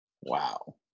Wow